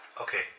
Okay